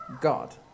God